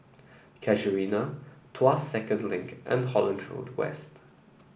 Casuarina Tuas Second Link and Holland Road West